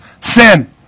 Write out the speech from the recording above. sin